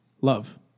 Love